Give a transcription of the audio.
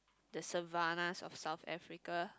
the Savannah of South Africa